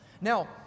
Now